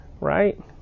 Right